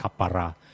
Kapara